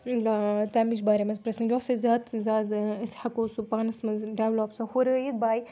تَمِچ بارے منٛز پرٛژھنہٕ یۄس اَسہِ زیادٕ زیادٕ أسۍ ہٮ۪کو سُہ پانَس منٛز ڈٮ۪ولَپ سۄ ہُرٲیِتھ بَے